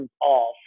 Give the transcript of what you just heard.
off